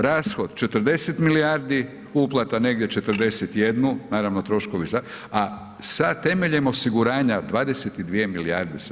Rashod 40 milijardi, uplata negdje 41., naravno troškovi, a sa temeljem osiguranja 22 milijardi se